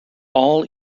all